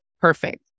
perfect